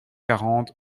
quarante